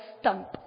stump